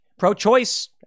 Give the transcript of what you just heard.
Pro-choice